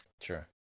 Sure